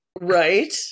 right